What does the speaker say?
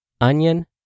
onion